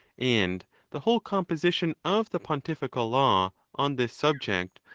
and the whole composition of the pontifical law on this subject,